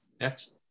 Next